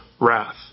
wrath